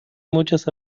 muchas